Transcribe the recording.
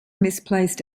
misplaced